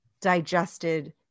digested